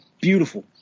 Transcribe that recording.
Beautiful